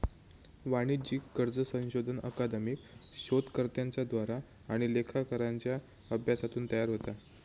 वाणिज्यिक कर्ज संशोधन अकादमिक शोधकर्त्यांच्या द्वारा आणि लेखाकारांच्या अभ्यासातून तयार होता